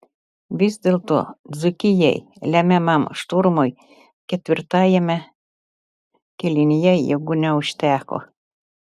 vis dėlto dzūkijai lemiamam šturmui ketvirtajame kėlinyje jėgų neužteko